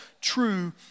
true